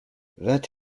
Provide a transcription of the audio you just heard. vingt